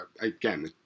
again